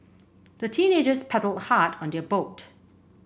the teenagers paddled hard on their boat